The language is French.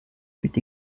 fut